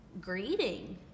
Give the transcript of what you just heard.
greeting